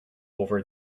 over